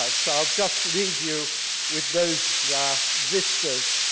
ah so i'll just leave you with those visitors.